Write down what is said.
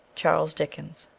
charles dickens